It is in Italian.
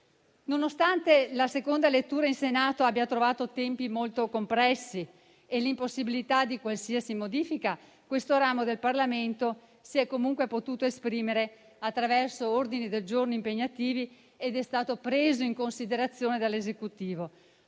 Nonostante la seconda lettura in Senato abbia trovato tempi molto compressi e l'impossibilità di qualsiasi modifica, questo ramo del Parlamento si è comunque potuto esprimere attraverso ordini del giorno impegnativi, ed è stato preso in considerazione dall'Esecutivo.